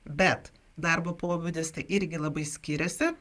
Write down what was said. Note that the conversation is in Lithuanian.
bet darbo pobūdis irgi labai skiriasi